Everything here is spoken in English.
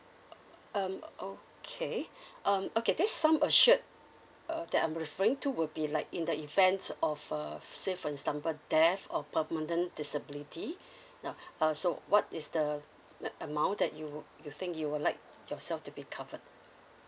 um okay um okay this sum assured err that I'm referring to would be like in the events of uh say for example death or permanent disability now uh so what is the amount that you you think you would like yourself to be covered